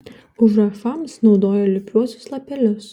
užrašams naudojo lipniuosius lapelius